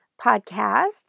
podcast